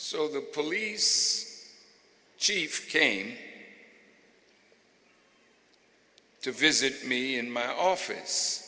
so the police chief came to visit me in my office